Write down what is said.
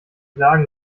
blagen